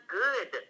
good